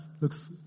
looks